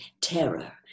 terror